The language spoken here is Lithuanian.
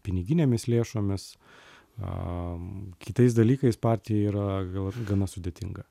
piniginėmis lėšomis a kitais dalykais partijai yra gal gana sudėtinga